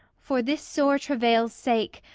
for this sore travail's sake,